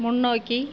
முன்னோக்கி